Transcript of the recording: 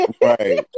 Right